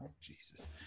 Jesus